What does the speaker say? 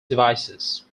devices